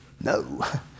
No